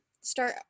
start